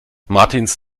martins